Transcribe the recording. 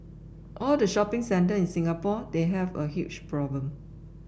all the shopping centre in Singapore they have a huge problem